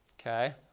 Okay